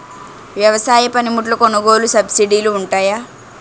వ్యవసాయ పనిముట్లు కొనుగోలు లొ సబ్సిడీ లు వుంటాయా?